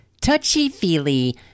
touchy-feely